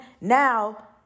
Now